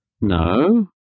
No